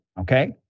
okay